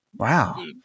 Wow